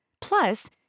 Plus